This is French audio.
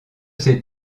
ses